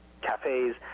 cafes